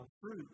fruit